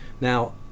Now